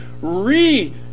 re